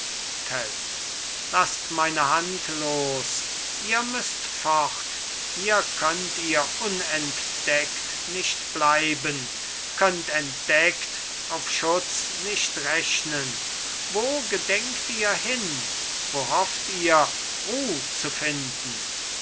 lasst meine hand los ihr müsst fort hier könnt ihr unentdeckt nicht bleiben könnt entdeckt auf schutz nicht rechnen wo gedenkt ihr hin wo hofft ihr ruh zu finden